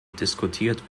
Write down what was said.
diskutiert